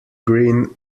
grin